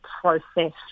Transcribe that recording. process